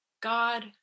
God